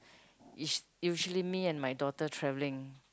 it's usually me and my daughter travelling